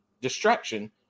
distraction